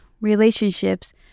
relationships